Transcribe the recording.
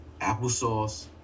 applesauce